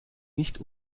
nicht